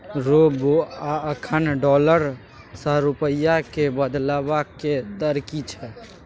रौ बौआ अखन डॉलर सँ रूपिया केँ बदलबाक दर की छै?